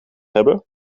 hebben